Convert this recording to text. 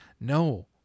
no